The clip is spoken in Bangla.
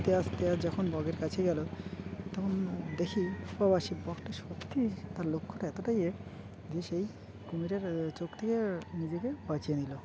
আস্তে আস্তে যখন বকের কাছে গেলো তখন দেখি প্রবাসী বকটা সত্যিই তার লক্ষ্যটা এতটাই যে যে সেই কুমিরের চোখ থেকে নিজেকে বাঁচিয়ে নিল